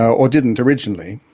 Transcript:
or didn't originally,